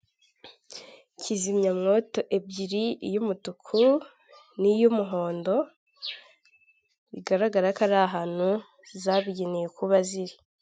Kizimyamwoto ebyiri iy'umutuku niy'umuhondo, bigaragara ko ari ahantu zabigenewe kuba ziri.